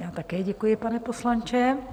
Já také děkuji, pane poslanče.